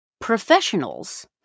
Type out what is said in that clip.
professionals